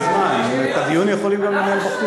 את הדיון יכולים גם לנהל בחוץ.